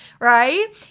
right